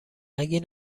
نگی